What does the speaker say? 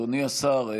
אדוני השר,